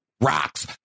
rocks